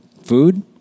Food